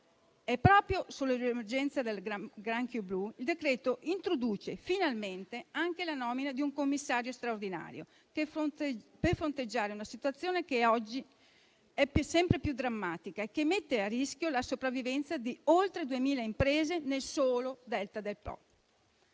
Proprio sull'emergenza del granchio blu il provvedimento introduce finalmente anche la nomina di un commissario straordinario, per fronteggiare una situazione che oggi è sempre più drammatica e che mette a rischio la sopravvivenza di oltre 2.000 imprese nel solo delta del Po.